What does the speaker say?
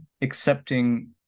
accepting